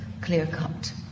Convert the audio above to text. clear-cut